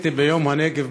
רציתי ביום הנגב,